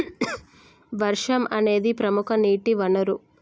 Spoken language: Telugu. వర్షం అనేదిప్రముఖ నీటి వనరు